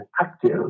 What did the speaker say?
active